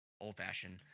old-fashioned